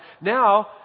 Now